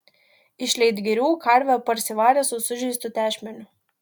iš leitgirių karvę parsivarė su sužeistu tešmeniu